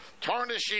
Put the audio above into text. tarnishing